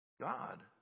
God